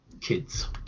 kids